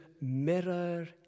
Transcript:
mirror